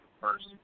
first